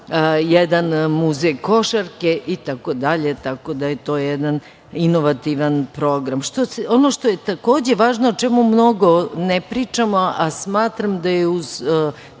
jedan muzej košarke i tako dalje. Tako da je to jedan inovativan program. Ono što je takođe važno, o čemu mnogo ne pričamo, a smatram da je uz